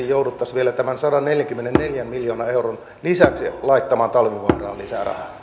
jouduttaisiin vielä tämän sadanneljänkymmenenneljän miljoonan euron lisäksi laittamaan talvivaaraan lisää